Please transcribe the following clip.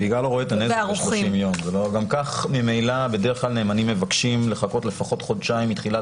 גם כך ממילא נאמנים מבקשים לחכות לפחות חודשיים מתחילת